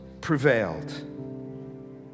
prevailed